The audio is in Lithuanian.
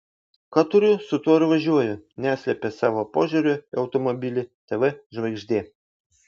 ką turiu su tuo ir važiuoju neslepia savo požiūrio į automobilį tv žvaigždė